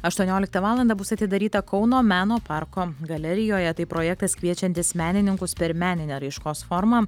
aštuonioliktą valandą bus atidaryta kauno meno parko galerijoje tai projektas kviečiantis menininkus per meninę raiškos formą